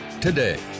today